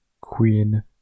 queen